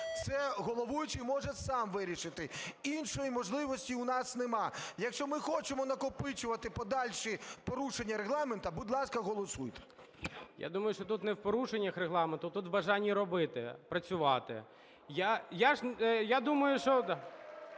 це головуючий може сам вирішити. Іншої можливості у нас нема. Якщо ми хочемо накопичувати подальші порушення Регламенту, будь ласка, голосуйте. ГОЛОВУЮЧИЙ. Я думаю, що тут не в порушеннях Регламенту, тут в бажанні робити, працювати. Я думаю… (Шум